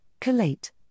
collate